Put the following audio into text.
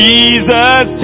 Jesus